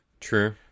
True